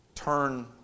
Turn